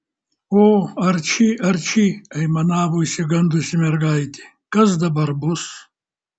o arči arči aimanavo išsigandusi mergaitė kas dabar bus